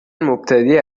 مبتدی